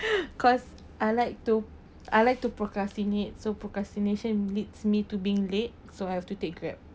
cause I like to I like to procrastinate so procrastination leads me to being late so I have to take grab